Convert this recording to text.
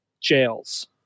jails